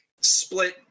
split